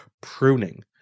pruning